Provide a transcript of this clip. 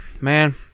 man